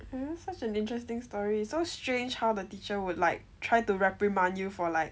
such an interesting story so strange how the teacher would like try to reprimand you for like